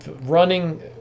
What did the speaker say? Running